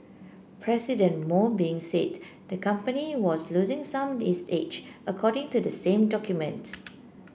President Mo Bin said the company was losing some its edge according to the same document